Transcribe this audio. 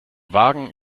wagen